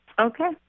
Okay